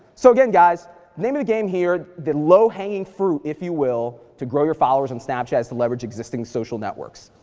so, again, guys name of the game here, the low hanging fruit, if you will, to grow your followers on snapchat is to leverage existing social networks.